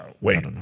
Wait